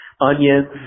Onions